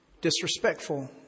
disrespectful